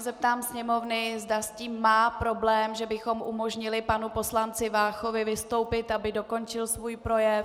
Zeptám se Sněmovny, zda s tím má problém, že bychom umožnili panu poslanci Váchovi vystoupit, aby dokončil svůj projev.